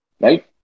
right